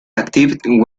activated